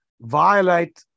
violate